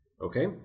Okay